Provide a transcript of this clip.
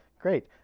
great